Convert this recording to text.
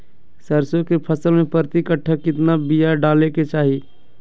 सरसों के फसल में प्रति कट्ठा कितना बिया डाले के चाही?